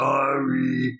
Sorry